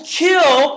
kill